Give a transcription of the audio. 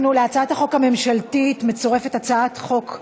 להצעת החוק הממשלתית מצורפות הצעות חוק,